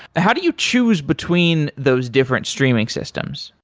how do you choose between those different streaming systems?